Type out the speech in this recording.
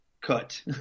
cut